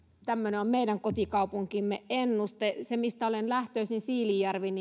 tämmöinen on meidän kotikaupunkimme ennuste en tiedä paljonko siellä savossa mistä olen lähtöisin siilinjärvellä